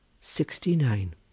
sixty-nine